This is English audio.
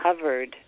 covered